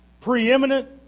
preeminent